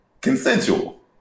consensual